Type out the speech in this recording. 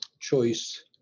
choice